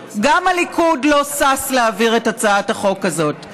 גם הליכוד לא שש להעביר את הצעת החוק הזאת.